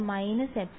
minus ചിഹ്നം